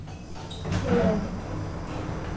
ᱠᱷᱮᱞᱳᱸᱰ